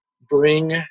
bring